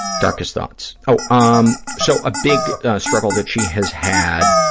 darkest thoughts. oh, um so a big struggle that she has had,